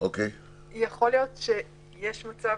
יכול להיות שיש מצב